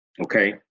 Okay